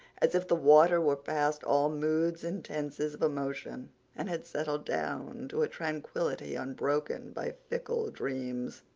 as if the water were past all moods and tenses of emotion and had settled down to a tranquility unbroken by fickle dreams.